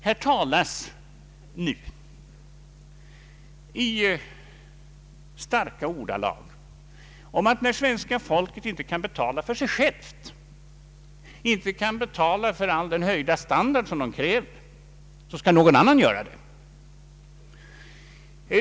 Det talas nu i starka ordalag om att när svenska folket inte kan betala för sig självt, inte kan betala för all den höjda standard det kräver, så skall någon annan göra det.